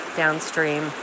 downstream